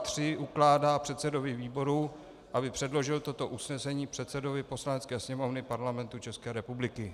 III. ukládá předsedovi výboru, aby předložil toto usnesení předsedovi Poslanecké sněmovny Parlamentu České republiky.